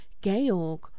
Georg